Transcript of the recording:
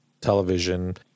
television